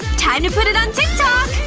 time to put it on tik tok!